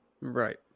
Right